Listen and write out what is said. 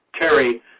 Terry